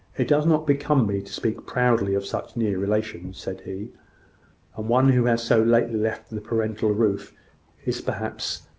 it does not become me to speak proudly of such near relations, said he and one who has so lately left the parental roof is, perhaps,